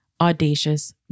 audacious